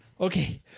Okay